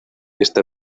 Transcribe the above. esta